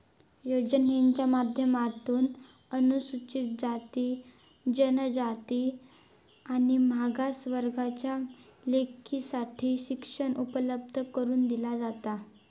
योजनांच्या माध्यमातून अनुसूचित जाती, जनजाति आणि मागास वर्गाच्या लेकींसाठी शिक्षण उपलब्ध करून दिला जाता